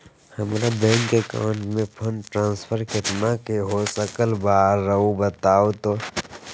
हमरा bank account से fund transfer कितना का हो सकल बा रुआ बताई तो?